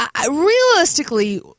realistically